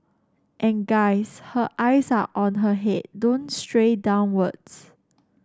and guys her eyes are on her head don't stray downwards